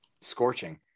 Scorching